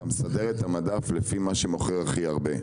אתה מסדר את המדף לפי מה שמוכר הכי הרבה,